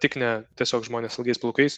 tik ne tiesiog žmonės ilgais plaukais